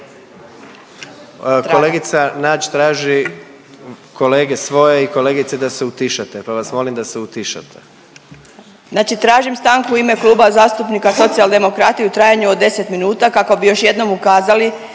Kolegica Nađ traži kolege svoje i kolegice da se utišate, pa vas molim da se utišate. **Nađ, Vesna (Socijaldemokrati)** Znači tražim stanku u ime Kluba zastupnika Socijaldemokrata u trajanju od 10 minuta kako bi još jednom ukazali